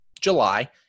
July